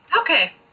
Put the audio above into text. Okay